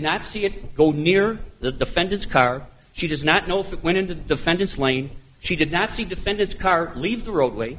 not see it go near the defendant's car she does not know if it went into the defendant's lane she did not see defendant's car leave the roadway